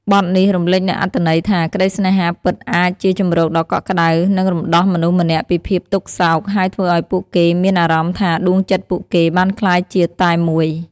បទនេះរំលេចនូវអត្ថន័យថា ក្តីស្នេហាពិតអាចជាជម្រកដ៏កក់ក្តៅ និងរំដោះមនុស្សម្នាក់ពីភាពទុក្ខសោក ហើយធ្វើឲ្យពួកគេមានអារម្មណ៍ថាដួងចិត្តពួកគេបានក្លាយជាតែមួយ។